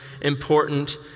important